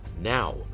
Now